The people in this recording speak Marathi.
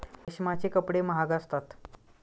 रेशमाचे कपडे महाग असतात